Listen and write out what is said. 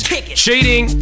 cheating